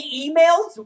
emails